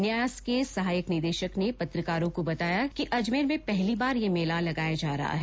न्यास के सहायक निदेशक ने पत्रकारों को बताया कि अजमेर में पहली बार ये मेला लगाया जा रहा है